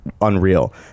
unreal